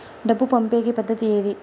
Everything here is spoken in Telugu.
డబ్బు పంపేకి పద్దతి ఏది